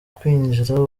kwinjira